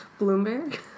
Bloomberg